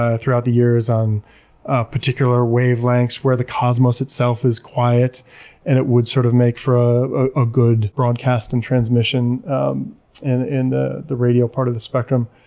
ah throughout the years, on particular wavelengths, where the cosmos itself is quiet and it would sort of make for a good broadcast and transmission and in the the radio part of the spectrum.